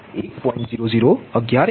0011 angle minus 2